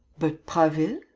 but prasville.